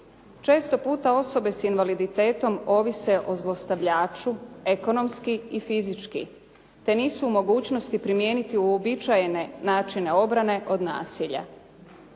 Često puta osobe s invaliditetom ovise o zlostavljaču ekonomski i fizički te nisu u mogućnosti primijeniti uobičajene načine obrane od nasilja.